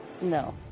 No